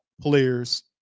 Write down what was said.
players